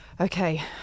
Okay